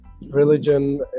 religion